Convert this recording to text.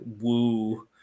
woo